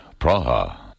Praha